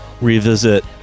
revisit